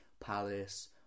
palace